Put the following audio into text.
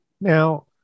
Now